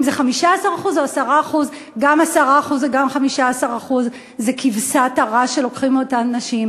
אם זה 15% או 10%. גם 10% וגם 15% זה כבשת הרש שלוקחים מאותן נשים.